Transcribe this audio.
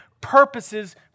purposes